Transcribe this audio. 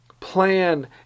plan